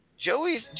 Joey's